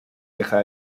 queja